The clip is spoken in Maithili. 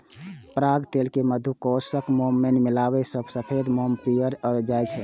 पराग तेल कें मधुकोशक मोम मे मिलाबै सं सफेद मोम पीयर भए जाइ छै